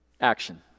action